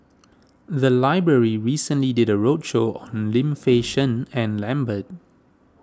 the library recently did a roadshow on Lim Fei Shen and Lambert